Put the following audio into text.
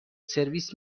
سرویس